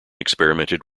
experimented